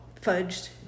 fudged